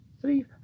three